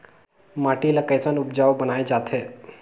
माटी ला कैसन उपजाऊ बनाय जाथे?